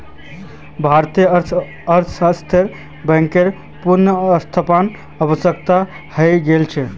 भारतीय अर्थव्यवस्थात बैंकेर पुनरुत्थान आवश्यक हइ गेल छ